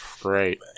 Great